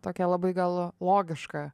tokia labai gal logiška